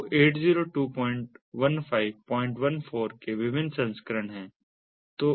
तो 802154 के विभिन्न संस्करण हैं